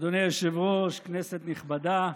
אדוני היושב-ראש, כנסת נכבדה,